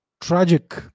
tragic